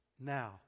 Now